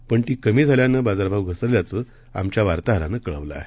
पण ती कमी झाल्यानं बाजारभाव घसरल्याचं आमच्या वार्ताहरानं कळवलं आहे